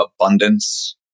abundance